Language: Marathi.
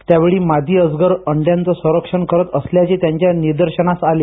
त्यावेळी मादी अजगर अंड्यांचं संरक्षण करत असल्याचे त्यांच्या निदर्शनास आले